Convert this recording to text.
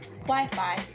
Wi-Fi